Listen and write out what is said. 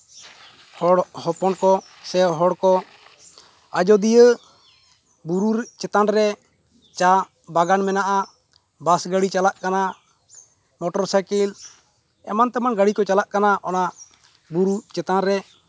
ᱦᱚᱲ ᱦᱚᱯᱚᱱ ᱠᱚ ᱥᱮ ᱦᱚᱲᱠᱚ ᱟᱡᱳᱫᱤᱭᱟᱹ ᱵᱩᱨᱩ ᱪᱮᱛᱟᱱ ᱨᱮ ᱪᱟ ᱵᱟᱜᱟᱱ ᱢᱮᱱᱟᱜᱼᱟ ᱵᱟᱥ ᱜᱟᱹᱰᱤ ᱪᱟᱞᱟᱜ ᱠᱟᱱᱟ ᱢᱳᱴᱚᱨ ᱥᱟᱭᱠᱮᱞ ᱮᱢᱟᱱ ᱛᱮᱢᱟᱱ ᱜᱟᱹᱲᱤ ᱠᱚ ᱪᱟᱞᱟᱜ ᱠᱟᱱᱟ ᱚᱱᱟ ᱵᱩᱨᱩ ᱪᱮᱛᱟᱱ ᱨᱮ